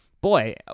Boy